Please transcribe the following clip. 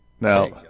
Now